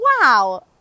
wow